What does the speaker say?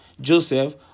Joseph